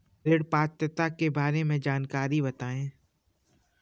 ऋण पात्रता के बारे में जानकारी बताएँ?